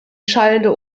schallende